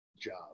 job